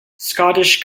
scottish